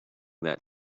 that